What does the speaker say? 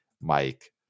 Mike